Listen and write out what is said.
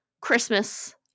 Christmas